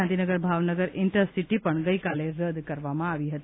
Gandhinagar Bhavnagar intercity પણ ગઈકાલે રદ્દ કરવામાં આવી છે